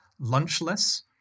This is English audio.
lunchless